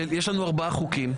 ארבעה חוקים.